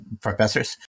professors